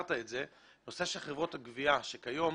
הזכרת את זה, באשר לנושא חברות הגבייה, שהיום